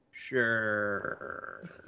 Sure